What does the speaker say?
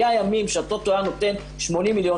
היו ימים שהטוטו היה נותן 80 מיליון